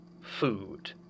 FOOD